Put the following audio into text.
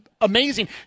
amazing